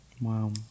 Wow